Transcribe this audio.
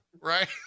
right